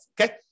okay